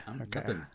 Okay